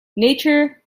nature